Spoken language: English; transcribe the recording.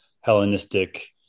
Hellenistic